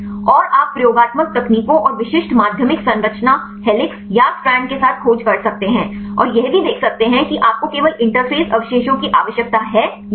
और आप प्रयोगात्मक तकनीकों और विशिष्ट माध्यमिक संरचना हेलिक्स या स्ट्रैंड के साथ खोज कर सकते हैं और यह भी देख सकते हैं कि आपको केवल इंटरफ़ेस अवशेषों की आवश्यकता है या नहीं